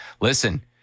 listen